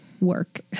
work